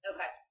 Okay